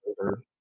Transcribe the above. over